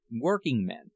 Working-men